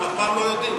אנחנו אף פעם לא יודעים.